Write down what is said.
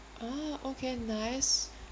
ah okay nice